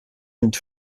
and